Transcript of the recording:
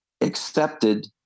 accepted